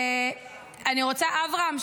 אברהם,